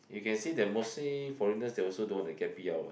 you can see that mostly foreigners they also don't want to get P_R what